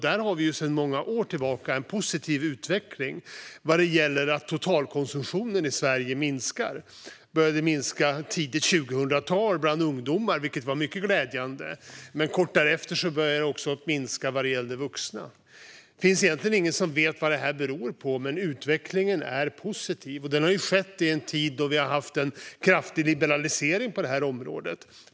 Där har vi sedan några år tillbaka en positiv utveckling vad gäller att totalkonsumtionen i Sverige minskar. Den började minska under tidigt 2000-tal bland ungdomar, vilket var mycket glädjande. Kort därefter började den också minska vad gäller vuxna. Det finns egentligen ingen som vet vad det beror på. Men utvecklingen är positiv, och den har skett i en tid då vi har haft en kraftig liberalisering på området.